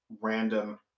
random